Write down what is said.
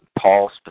Paul